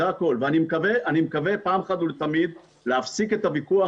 אני מקווה פעם אחת ולתמיד להפסיק את הוויכוח